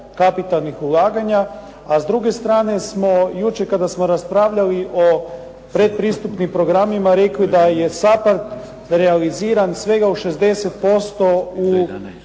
kapitalnih ulaganja. A s druge strane smo jučer kada smo raspravljali o pretpristupnim programima rekli da je SAPARD realiziran svega u 60% u